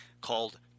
called